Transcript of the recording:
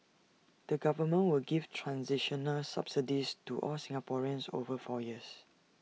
the government will give transitional subsidies to all Singaporeans over four years